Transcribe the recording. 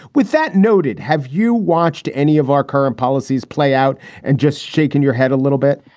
with that noted. have you watched any of our current policies play out and just shake and your head a little bit?